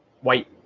white